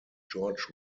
george